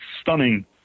stunning